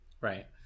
Right